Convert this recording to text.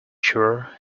sure